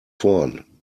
vorn